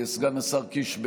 סגן השר קיש,